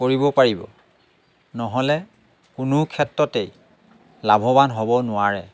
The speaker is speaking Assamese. কৰিব পাৰিব নহ'লে কোনো ক্ষেত্ৰতেই লাভৱান হ'ব নোৱাৰে